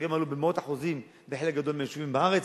המחירים עלו במאות אחוזים בחלק גדול מהיישובים בארץ,